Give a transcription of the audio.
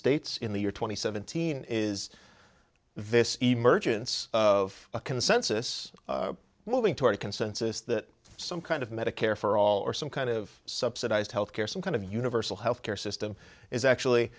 states in the year twenty seventeen is this emergence of a consensus moving toward consensus that some kind of medicare for all or some kind of subsidized health care some kind of universal health care system is actually